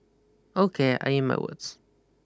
ok I eat my words